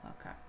okay